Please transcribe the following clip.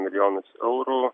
milijonus eurų